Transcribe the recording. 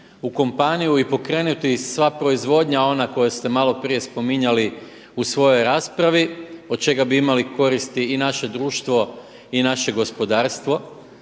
u kompaniju i pokrenuti sva proizvodnja, ona koju ste malo prije spominjali u svojoj raspravi od čega bi imali koristi i naše društvo i naše gospodarstvo.